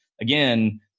again